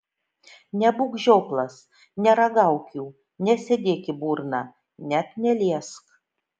nebūk žioplas neragauk jų nesidėk į burną net neliesk